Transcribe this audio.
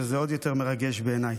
שזה עוד יותר מרגש בעיניי,